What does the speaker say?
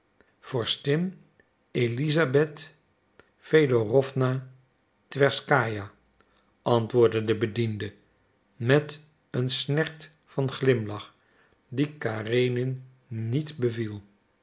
elizabeth fedorowna twerskaja antwoordde de bediende met een snert van glimlach die karenin niet beviel